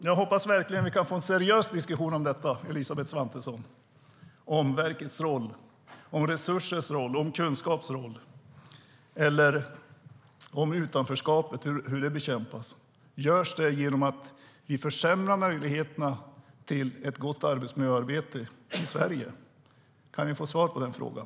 Jag hoppas verkligen att vi kan få en seriös diskussion om verkets roll, om resursers roll och om kunskaps roll, Elisabeth Svantesson - eller om hur utanförskapet bekämpas. Görs det genom att vi försämrar möjligheterna till ett gott arbetsmiljöarbete i Sverige? Kan vi få svar på den frågan?